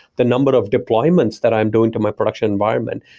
the number of deployments that i'm doing to my production environment.